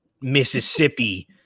Mississippi